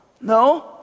No